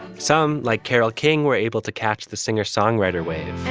some, like carole king, were able to catch the singer songwriter wave